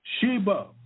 Sheba